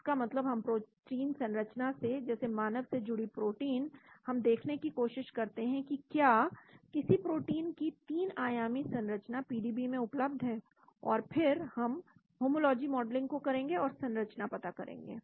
इसका मतलब हम प्रोटीन संरचना से जैसे मानव से जुड़ी प्रोटीन हम देखने की कोशिश करते हैं कि क्या किसी प्रोटीन की 3 आयामी संरचना पीडीबी में उपलब्ध है और फिर हम होमोलॉजी मॉडल को करेंगे और संरचना पता करेंगे